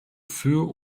für